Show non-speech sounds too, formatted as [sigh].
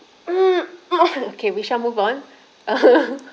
mm [noise] okay we shall move on [laughs]